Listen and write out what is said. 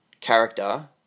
character